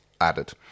added